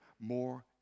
more